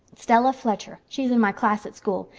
stella fletcher she's in my class at school.